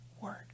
word